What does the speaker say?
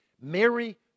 Mary